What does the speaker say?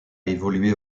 évolué